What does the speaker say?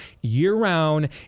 year-round